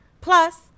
plus